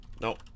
No